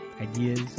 ideas